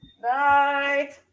night